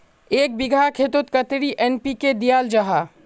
एक बिगहा खेतोत कतेरी एन.पी.के दियाल जहा?